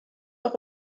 auch